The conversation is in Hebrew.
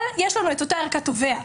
אבל יש לנו את אותה ארכת תובע,